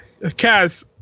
Kaz